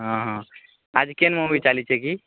ହଁ ହଁ ଆଜ୍ କେନ୍ ମୁଭି ଚାଲିଛି କି